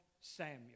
Samuel